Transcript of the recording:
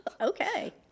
Okay